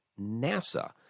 NASA